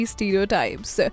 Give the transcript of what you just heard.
Stereotypes